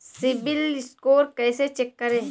CIBIL score कैसे check करें?